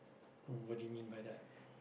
what do you mean by that